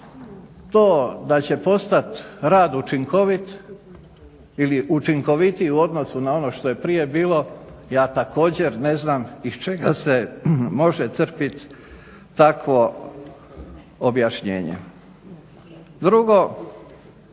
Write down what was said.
to da će postat rad učinkovit ili učinkovitiji u odnosu na ono što je prije bilo, ja također ne znam iz čega se može crpiti takvo objašnjenje. Drugo,